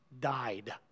died